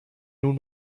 nun